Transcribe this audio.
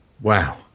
Wow